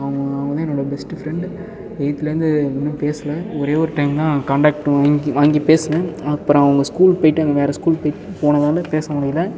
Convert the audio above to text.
அவங்க அவங்க தான் என்னோடய பெஸ்ட்டு ஃப்ரண்டு எய்த்லேந்து இன்னும் பேசல ஒரே ஒரு டைம் தான் காண்டாக்ட் வாங் வாங்கி பேசின அப்புறம் அவங்க ஸ்கூல் போயிட்டாங்க வேறு ஸ்கூல் போய் போனதால் பேச முடியல